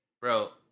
Bro